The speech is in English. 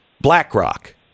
blackrock